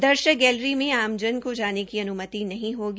दर्शक गैलरी में आमजन को आने की अन्मति नहीं होगी